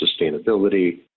sustainability